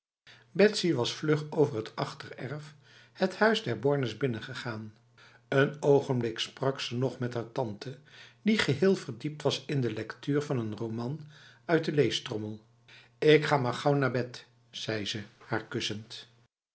betsy was vlug over het achtererf het huis der bornes binnengegaan een ogenblik sprak ze nog met haar tante die geheel verdiept was in de lectuur van een roman uit de leestrommel ik ga maar gauw naar bed zei ze haar kussend